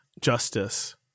justice